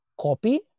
copy